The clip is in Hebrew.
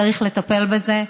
צריך לטפל בזה.